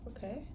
Okay